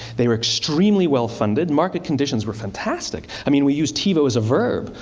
they were extremely well-funded. market conditions were fantastic. i mean, we use tivo as verb.